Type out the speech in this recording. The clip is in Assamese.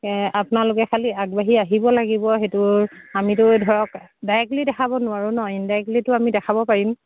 আপোনালোকে খালি আগবাঢ়ি আহিব লাগিব সেইটো আমিতো ধৰক ডাইৰেক্টলি দেখাব নোৱাৰোঁ ন ইণ্ডাইৰেক্টলিটো আমি দেখাব পাৰিম